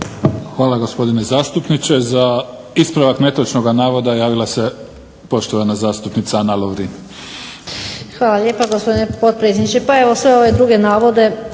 Hvala gospodine zastupniče. Za ispravak netočnoga navoda javila se poštovana zastupnica Ana Lovrin. **Lovrin, Ana (HDZ)** Hvala lijepa gospodine potpredsjedniče. Pa evo sve ove druge navode